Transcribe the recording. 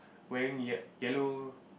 wearing ye~ yellow